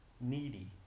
needy